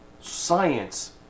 science